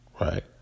Right